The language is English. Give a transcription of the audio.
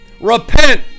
repent